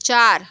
चार